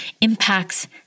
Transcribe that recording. impacts